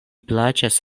plaĉas